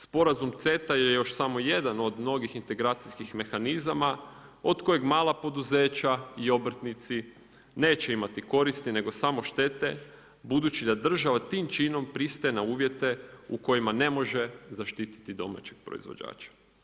Sporazum CETA je još samo jedan od mnogih integracijskih mehanizama od kojeg mala poduzeća i obrtnici neće imati koristi nego samo štete budući da država tim činom pristaje na uvjete u kojima ne može zaštititi domaćeg proizvođača.